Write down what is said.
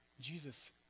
Jesus